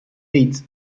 eight